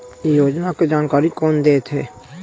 योजना के जानकारी कोन दे थे?